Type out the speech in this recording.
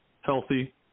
healthy